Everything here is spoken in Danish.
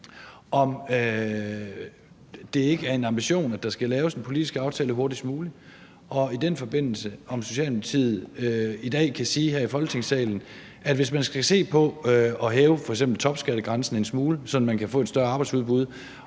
om det ikke er en ambition, at der skal laves en politisk aftale hurtigst muligt, og i den forbindelse, om Socialdemokratiet kan sige i dag her i Folketingssalen, om de, hvis man skal se på at hæve f.eks. topskattegrænsen en smule, så man kan få et større arbejdsudbud,